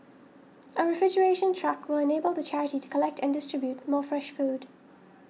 a refrigeration truck will enable the charity to collect and distribute more fresh food